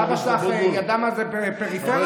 שאבא שלך ידע מה זה פריפריה?